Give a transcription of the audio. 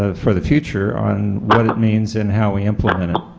ah for the future on what it means and how we implemented. and